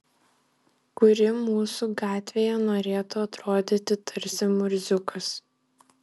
kuri mūsų gatvėje norėtų atrodyti tarsi murziukas